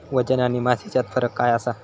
वजन आणि मास हेच्यात फरक काय आसा?